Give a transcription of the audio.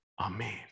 Amen